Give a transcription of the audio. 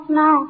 no